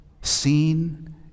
seen